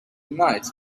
night